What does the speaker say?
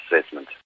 assessment